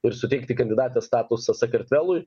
ir suteikti kandidatės statusą sakartvelui